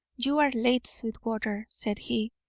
you are late, sweetwater, said he.